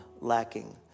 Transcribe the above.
lacking